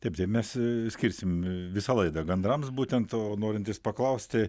taip tai mes skirsim visą laidą gandrams būtent to norintys paklausti